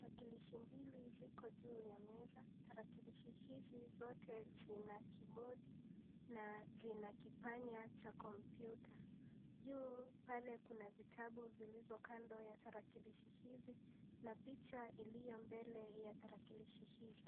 Tarakilishi mbili ziko juu ya meza, tarakilishi hizi zote zina kibodi na zina kipanya cha kompyuta, ju pale kuna vitabu zilizo kando ya tarakilishi hizi na picha iliyo mbele ya tarakilishi hizi.